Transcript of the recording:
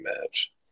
match